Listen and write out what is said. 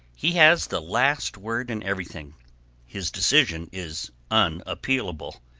he has the last word in everything his decision is unappealable.